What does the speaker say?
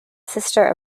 sister